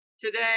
today